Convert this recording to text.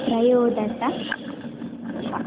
त्रयोदशः